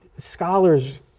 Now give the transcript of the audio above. Scholars